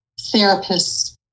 therapists